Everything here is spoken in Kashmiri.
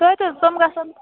توتہِ حظ تِم گژھَن